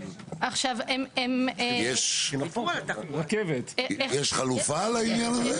יש חלופה לעניין הזה?